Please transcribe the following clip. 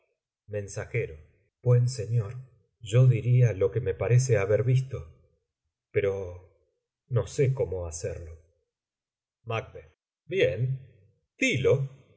mens buen señor yo diríalo que me parece haber visto pero no sé cómo hacerlo macb bien dilo